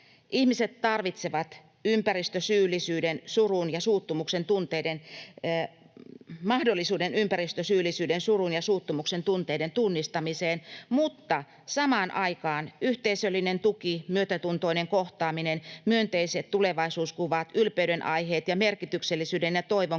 Ihmiset tarvitsevat mahdollisuuden ympäristösyyllisyyden, surun ja suuttumuksen tunteiden tunnustamiseen, mutta samaan aikaan yhteisöllinen tuki, myötätuntoinen kohtaaminen, myönteiset tulevaisuuskuvat, ylpeydenaiheet ja merkityksellisyyden ja toivon